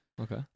okay